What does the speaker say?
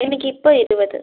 എനിക്കിപ്പോൾ ഇരുപത്